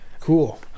Cool